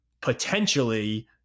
potentially